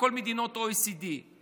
כל מדינות ה-OECD.